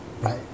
Right